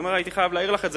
הייתי חייב להעיר לך על זה,